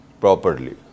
properly